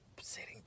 sitting